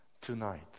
Tonight